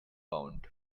pound